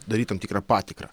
daryt tam tikrą patikrą